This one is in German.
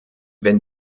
wenn